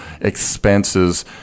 expenses